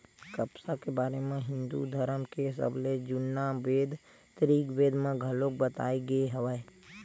कपसा के बारे म हिंदू धरम के सबले जुन्ना बेद ऋगबेद म घलोक बताए गे हवय